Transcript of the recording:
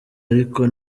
ariko